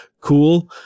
Cool